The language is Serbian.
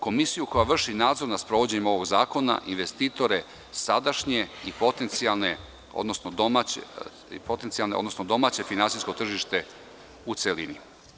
Komisiju koja vrši nadozor nad sprovođenjem ovog zakona, investitore sadašnje i potencijalne, odnosno domaće finansijsko tržište u celini.